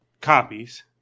copies